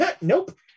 nope